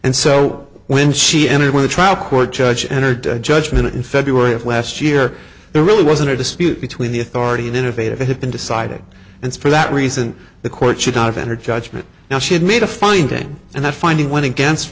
and so when she entered when the trial court judge entered judgment in february of last year there really wasn't a dispute between the authority and innovative it had been decided and for that reason the court should not enter judgment now she had made a finding and that finding went against